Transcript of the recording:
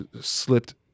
slipped